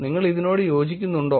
നിങ്ങൾ ഇതിനോട് യോജിക്കുന്നുണ്ടോ